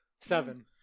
Seven